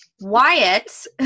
Wyatt